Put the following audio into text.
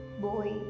boy